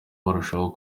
barushaho